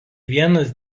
vienas